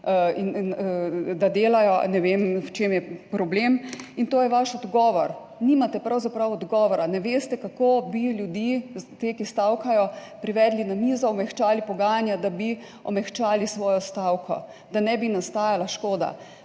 da delajo. Ne vem, v čem je problem. In to je vaš odgovor. Nimate pravzaprav odgovora. Ne veste, kako bi ljudi, te, ki stavkajo, privedli na mizo, omehčali pogajanja, da bi omehčali svojo stavko, da ne bi nastajala škoda.